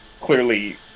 clearly